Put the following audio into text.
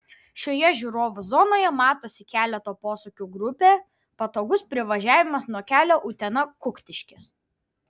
šioje žiūrovų zonoje matosi keleto posūkių grupė patogus privažiavimas nuo kelio utena kuktiškės